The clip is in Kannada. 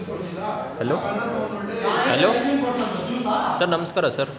ಹಲೋ ಹಲೋ ಸರ್ ನಮಸ್ಕಾರ ಸರ್